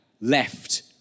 left